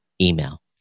email